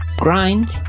grind